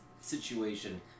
situation